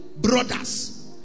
brothers